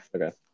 Okay